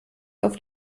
auf